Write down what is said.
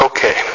Okay